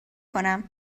کنم